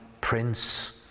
prince